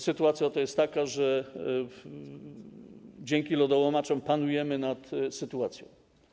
Sytuacja jest taka, że dzięki lodołamaczom panujemy nad sytuacją.